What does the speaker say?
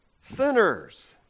sinners